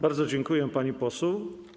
Bardzo dziękuję, pani poseł.